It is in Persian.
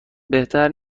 بهتر